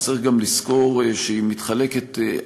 וצריך גם לזכור שהיא מתחלקת,